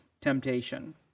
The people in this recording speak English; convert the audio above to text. temptation